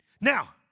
Now